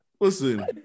Listen